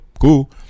Cool